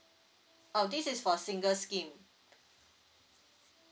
oh this is for singles scheme